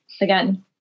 again